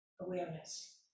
awareness